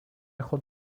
خود